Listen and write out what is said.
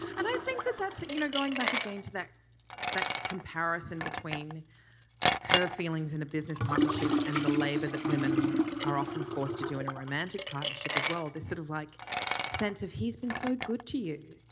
and i think that that's you know going back again to that that comparison between her feelings in a business partnership and the labor that women are often forced to join a romantic partnership as well is sort of like sense of he's been so good to you.